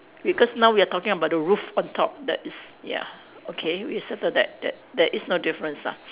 because now we are talking about the roof on top that is ya okay we settle that that there is no difference lah